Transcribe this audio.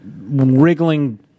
wriggling